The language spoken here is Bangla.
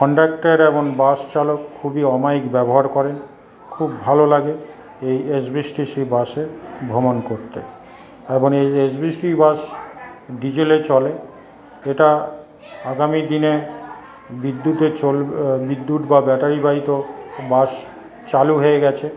কন্ডাক্টার এবং বাসচালক খুবই অমায়িক ব্যবহার করেন খুব ভালো লাগে এই এসবিএসটিসি বাসে ভ্রমণ করতে এবং এই এসবিএসটিসি বাস ডিজেলে চলে এটা আগামী দিনে বিদ্যুতে চল বিদ্যুৎ বা ব্যাটারিবাহিত বাস চালু হয়ে গেছে